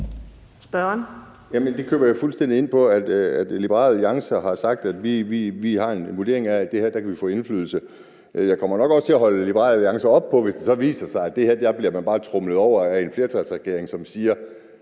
(DD): Jamen jeg køber fuldstændig ind på, at Liberal Alliance har sagt, at de har en vurdering af, at her kan de få indflydelse. Jeg kommer nok også til at holde Liberal Alliance op på det, hvis det så viser sig, at her bliver man bare tromlet over af en flertalsregering, som siger,